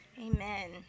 Amen